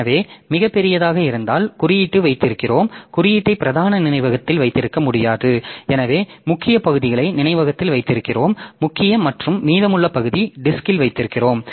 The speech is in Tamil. எனவே மிகப் பெரியதாக இருந்தால் குறியீட்டை வைத்திருக்கிறோம் குறியீட்டை பிரதான நினைவகத்தில் வைத்திருக்க முடியாது எனவே முக்கிய பகுதியை நினைவகத்தில் வைத்திருக்கிறோம் முக்கிய மற்றும் மீதமுள்ள பகுதி டிஸ்க்ல் வைத்திருக்கிறோம்